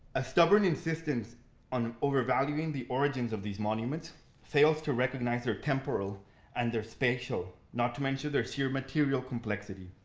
a stubborn insistence on overvaluing the origins of these monuments fails to recognize their temporal and their spatial, not to mention their sheer material complexity.